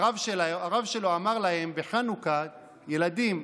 הרב שלו אמר להם בכיתה בחנוכה: ילדים,